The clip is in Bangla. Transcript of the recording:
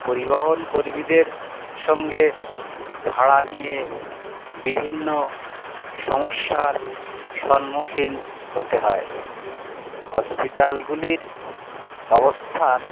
পরিবহন কর্মীদের সঙ্গে ভাড়া নিয়ে বিভিন্ন সমস্যার সন্মুখীন হতে হয় হসপিটালগুলির অবস্থান